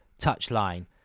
touchline